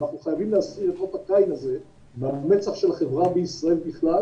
אנחנו חייבים להסיר את אות הקין הזה מהמצח של החברה בישראל בכלל